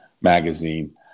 magazine